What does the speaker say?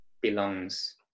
belongs